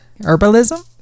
Herbalism